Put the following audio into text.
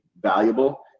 valuable